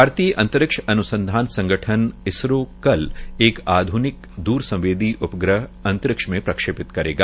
भारतीय अंतरिक्ष अन्सधान संगइन इसरो कल एक आध्निक द्रसंवेदी उपग्रह अंतरिक्ष में प्रक्षेपित करेगा